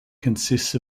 consists